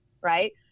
right